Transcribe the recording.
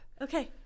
okay